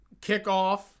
kickoff